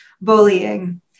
bullying